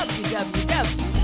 www